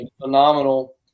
phenomenal